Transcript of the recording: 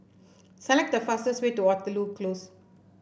select the fastest way to Waterloo Close